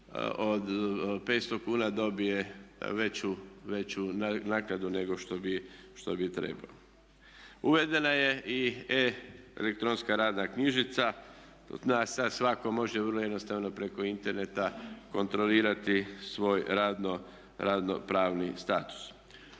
od 500 kuna dobije veću naknadu nego što bi trebao. Uvedena je i e-elektronska radna knjižica, sada svatko može vrlo jednostavno preko interneta kontrolirati svoj radno-pravni status.